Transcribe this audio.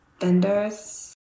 vendors